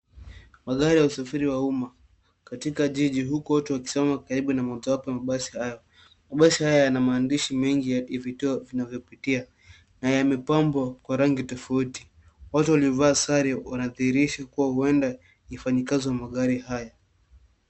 Magari ya usafiri wa umma katika jiji huku watu wakisimama karibu na mojawapo ya mabasi hayo. Mabasi hayo yana maandishi mengi ya vituo vinavyopitia na yamepambwa kwa rangi tofauti. Watu waliovaa sare wanadhihirisha kuwa huenda ni wafanyikazi wa magari haya.